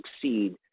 succeed